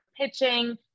pitching